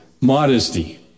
Modesty